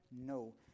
no